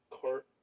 cart